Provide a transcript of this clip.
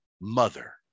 mother